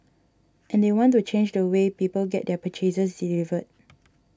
and they want to change the way people get their purchases delivered